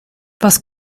was